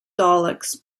daleks